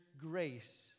grace